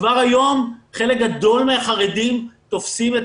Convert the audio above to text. כבר היום חלק גדול מהחרדים תופסים את